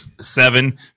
seven